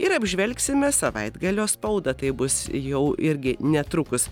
ir apžvelgsime savaitgalio spaudą tai bus jau irgi netrukus